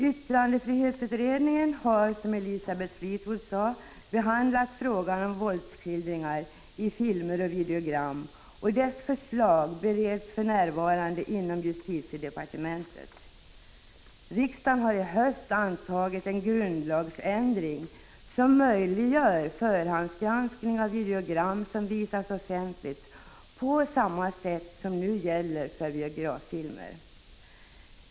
Yttrandefrihetsutredningen har, som Elisabeth Fleetwood sade, behandlat frågan om våldsskildringar i filmer och videogram, och dess förslag bereds för närvarande inom justitiedepartementet. Riksdagen har i höst antagit ett grundlagsändring som möjliggör förhandsgranskning av videogram som visas offentligt, på samma sätt som nu gäller för biograffilmer.